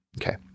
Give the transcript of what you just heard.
Okay